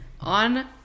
on